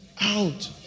out